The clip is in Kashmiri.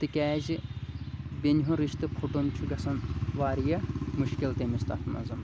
تہِ کیٛازِ بیٚنہِ ہُنٛد رِشتہٕ پھُٹن چھُ گَژھان واریاہ مُشکِل تٔمِس تَتھ منٛز